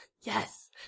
Yes